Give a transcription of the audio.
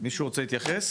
מישהו רוצה להתייחס